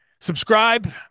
subscribe